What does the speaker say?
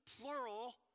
plural